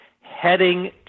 heading